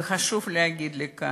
וחשוב לי להגיד כאן,